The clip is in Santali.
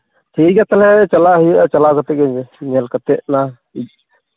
ᱴᱷᱤᱠ ᱜᱮᱭᱟ ᱛᱟᱦᱚᱞᱮ ᱪᱟᱞᱟᱜ ᱦᱩᱭᱩᱜᱼᱟ ᱪᱟᱞᱟᱣ ᱠᱟᱛᱮᱫ ᱜᱮ ᱧᱮᱞ ᱠᱟᱛᱮᱫ ᱞᱟᱝ